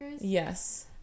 Yes